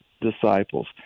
disciples